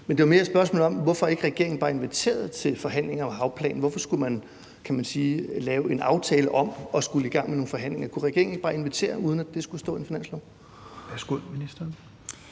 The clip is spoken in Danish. Men det var mere et spørgsmål om, hvorfor regeringen ikke bare inviterede til forhandlinger om havplanen. Hvorfor skulle man, kan man sige, lave en aftale om at skulle i gang med nogle forhandlinger? Kunne regeringen ikke bare invitere, uden at det skulle stå i en finanslov?